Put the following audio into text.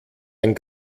ein